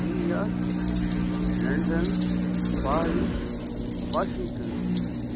New York London Paris Washington